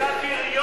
אתה בריון.